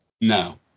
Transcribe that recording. no